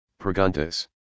preguntas